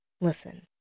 Listen